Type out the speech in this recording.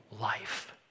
life